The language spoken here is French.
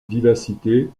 vivacité